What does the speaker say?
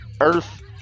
earth